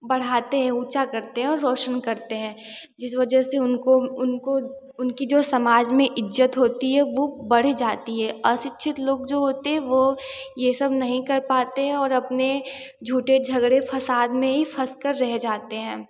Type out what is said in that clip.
बढ़ाते हैं ऊँचा करते हैं और रौशन करते हैं जिस वजह से उनको उनको उनकी जो समाज में इज़्ज़त होती है वो बढ़ जाती है अशिक्षित लोग जो होते हैं वो ये सब नहीं कर पाते हैं और अपने झूठे झगड़े फ़साद में ही फ़ँस कर रह जाते हैं